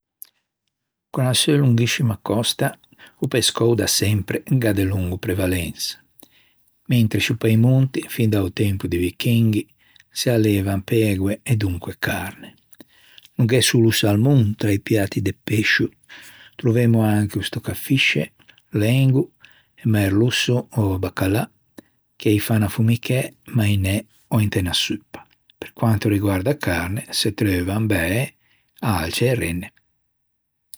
Con a seu longhiscima còsta, o pescou da sempre gh'à delongo prevalensa, mentre sciù pe-i monti, fin da-o tempo di vichinghi se allevan pegoe e dunque carne. No gh'é solo o salmon tra i piatti de pescio, trovemmo anche o stocchefisce, o lengo e merlusso ò bacalà che î fan affumicæ, mainæ ò inte unna suppa. Pe quanto riguarda e carne, s'attreuvan bæ, alce e renne.